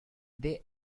they